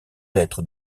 lettres